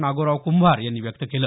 नागोराव कुंभार यांनी व्यक्त केलं